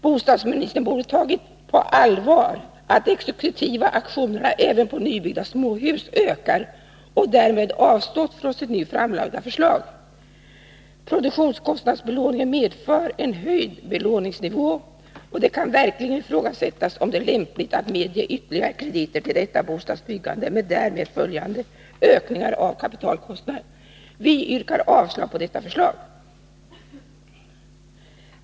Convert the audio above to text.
Bostadsministern borde ha tagit på allvar att de exekutiva auktionerna även på nybyggda småhus ökar och därmed avstått från sitt nu framlagda förslag. Produktionskostnadsbelåningen medför en höjd belåningsnivå, och det kan verkligen ifrågasättas om det är lämpligt att medge ytterligare krediter till detta bostadsbyggande med därmed följande ökningar av kapitalkostnaderna. Vi yrkar avslag på detta förslag.